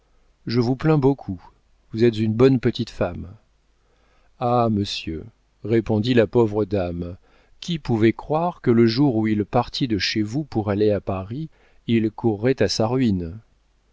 je vous plains beaucoup vous êtes une bonne petite femme ah monsieur répondit la pauvre dame qui pouvait croire que le jour où il partit de chez vous pour aller à paris il courait à sa ruine